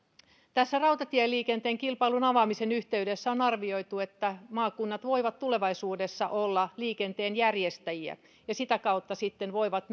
tässä rautatieliikenteen kilpailun avaamisen yhteydessä on arvioitu että maakunnat voivat tulevaisuudessa olla liikenteen järjestäjiä ja sitä kautta sitten voivat